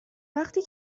وقتی